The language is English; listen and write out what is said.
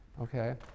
Okay